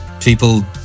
people